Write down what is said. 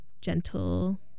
gentle